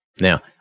Now